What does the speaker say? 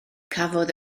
cafodd